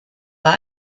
war